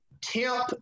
temp